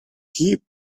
keep